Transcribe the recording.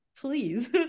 please